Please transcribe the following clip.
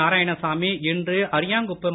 நாராயணசாமி இன்று அரியாங்குப்பம்